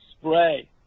spray